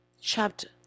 chapter